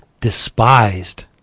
despised